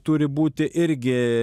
turi būti irgi